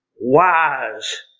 wise